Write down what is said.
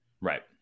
right